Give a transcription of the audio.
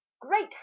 great